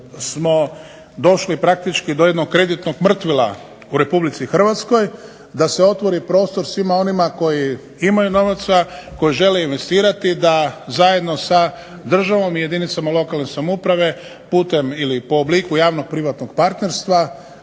smo došli praktički do jednog kreditnog mrtvila u RH da se otvori prostor svima onima koji imaju novaca, koji žele investirati da zajedno sa državom i jedinicama lokalne samouprave putem ili po obliku javno-privatnog partnerstva